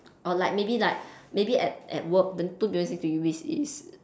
or like maybe like maybe at at work the two person next to you is is